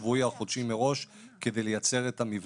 שסידור העבודה השבועי או החודשי מראש,